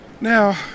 Now